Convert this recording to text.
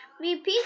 Repeat